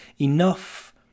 enough